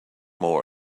more